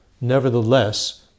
nevertheless